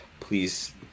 please